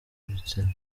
gitsina